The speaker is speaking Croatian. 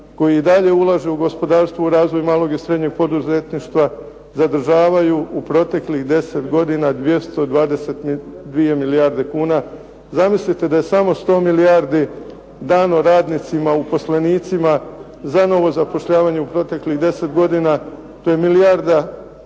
koji i dalje ulažu u gospodarstvo, u razvoj malog i srednjeg poduzetništva. Zadržavaju u proteklih deset godina 222 milijarde kuna. Zamislite da je samo 100 milijardi dano radnicima, uposlenicima za novo zapošljavanje u proteklih deset godina. To je milijarda